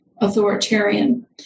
authoritarian